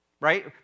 right